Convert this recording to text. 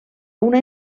una